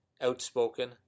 outspoken